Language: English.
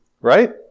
right